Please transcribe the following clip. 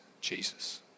Jesus